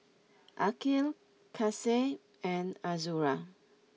Aqil Kasih and Azura